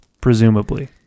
presumably